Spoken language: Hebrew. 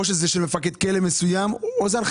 האם זאת הנחיה של מפקד כלא מסוים או בכלל